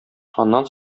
аннан